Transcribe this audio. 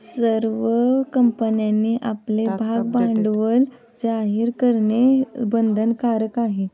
सर्व कंपन्यांनी आपले भागभांडवल जाहीर करणे बंधनकारक आहे